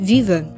Viva